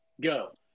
go